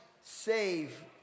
save